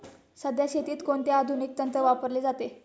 सध्या शेतीत कोणते आधुनिक तंत्र वापरले जाते?